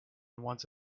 once